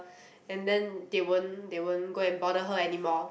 and then they won't they won't go and bother her anymore